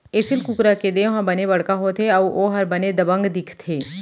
एसील कुकरा के देंव ह बने बड़का होथे अउ ओहर बने दबंग दिखथे